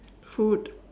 food